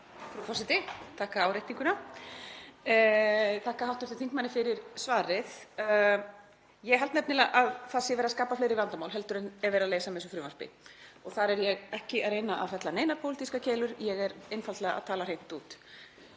Frú forseti. Ég þakka áréttinguna. Ég þakka hv. þingmanni fyrir svarið. Ég held nefnilega að það sé verið að skapa fleiri vandamál en verið er að leysa með þessu frumvarpi. Og þar er ég ekki að reyna að fella neinar pólitískar keilur, ég er einfaldlega að tala hreint út.